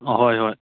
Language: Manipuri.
ꯑꯍꯣꯏ ꯍꯣꯏ